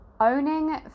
owning